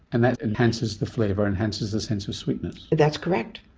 and that enhances the flavour, enhances the sense of sweetness. that's correct.